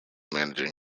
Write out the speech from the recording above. managing